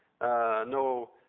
no